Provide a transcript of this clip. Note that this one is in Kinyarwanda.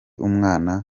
umwana